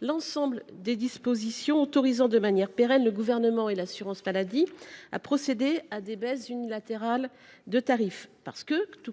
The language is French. l’ensemble des dispositions autorisant de manière pérenne le Gouvernement et l’assurance maladie à procéder à des baisses unilatérales de tarifs.